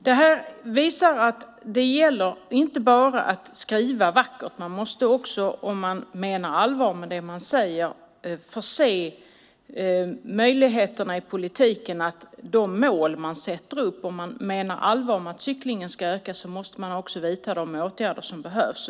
Detta visar att det gäller att inte bara skriva vackert utan också, om man menar allvar med det man säger, förse politiken med möjligheten att nå de mål man sätter upp. Om man menar allvar med att cykling ska öka måste man vidta de åtgärder som behövs.